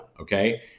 Okay